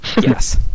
Yes